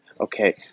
okay